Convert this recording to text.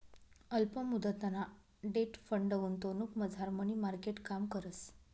अल्प मुदतना debt fund गुंतवणुकमझार मनी मार्केट काम करस